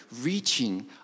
reaching